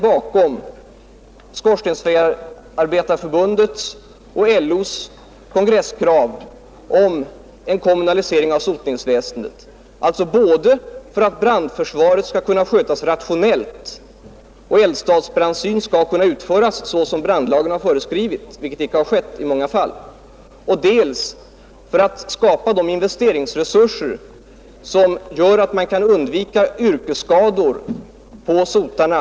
Bakom Skorstensfejeriarbetareförbundets och LO:s kongresskrav om sotningsväsendets kommunalisering ligger alltså både att brandförsvaret skall skötas rationellt och att eldstadsbrandsyn skall kunna utföras såsom brandlagen föreskriver. Så har i många fall inte skett. Dessutom vill man skapa de investeringsresurser som fordras för att man skall kunna undvika svavelskador och metallstoffskador hos sotarna.